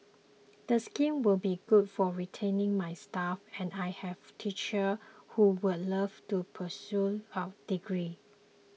the scheme would be good for retaining my staff and I have teachers who would love to pursue adegree